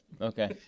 Okay